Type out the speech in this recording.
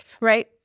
right